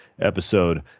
Episode